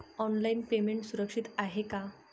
Online payment सुरक्षित आहे का?